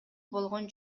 болгон